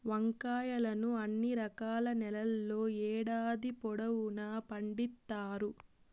వంకాయలను అన్ని రకాల నేలల్లో ఏడాది పొడవునా పండిత్తారు